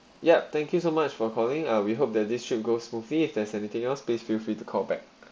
yup thank you so much for calling uh we hope that this trip goes smoothly if there's anything else please feel free to call back